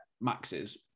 maxes